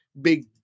big